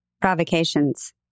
Provocations